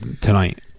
tonight